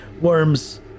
Worms